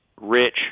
rich